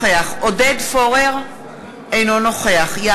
(קוראת בשמות חברי הכנסת) עודד פורר,